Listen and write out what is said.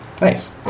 nice